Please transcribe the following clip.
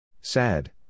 Sad